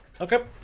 okay